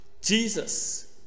jesus